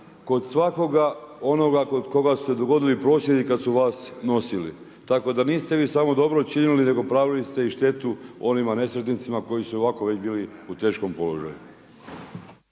kod svakoga onoga kod koga su se dogodili prosvjedi kad su vas nosili. Tako da niste vi samo dobro učinili, nego napravili ste i štetu onima nesretnicima koji su i ovako već bili u teškom položaju.